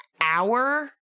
hour